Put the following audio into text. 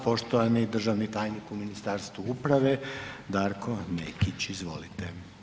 Poštovani državni tajnik u Ministarstvu uprave, Darko Nekić, izvolite.